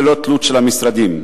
ללא תלות של המשרדים.